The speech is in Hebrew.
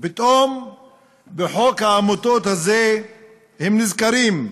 ופתאום בחוק העמותות הזה הם נזכרים,